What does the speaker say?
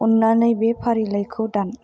अननानै बे फारिलाइखौ दान